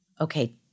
Okay